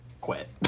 Quit